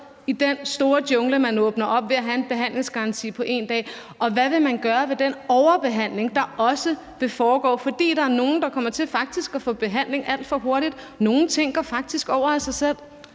i den store jungle, man åbner op ved at have en behandlingsgaranti på 1 dag? Og hvad vil man gøre ved den overbehandling, der også foregår, fordi der er nogle, der faktisk kommer til at få behandling alt for hurtigt? Nogle ting går faktisk over af sig selv.